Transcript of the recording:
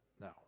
no